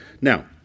now